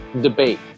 debate